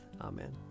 Amen